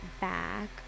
back